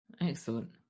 Excellent